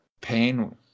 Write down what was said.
pain